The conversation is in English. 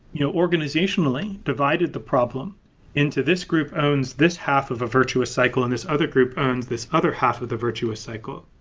you know organizationally, divided the problem into this group owns this half of the virtuous cycle and this other group owns this other half of the virtuous cycle.